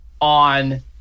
on